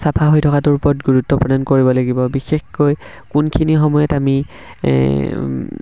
চাফা হৈ থকাটোৰ ওপৰত গুৰুত্ব প্ৰদান কৰিব লাগিব বিশেষকৈ কোনখিনি সময়ত আমি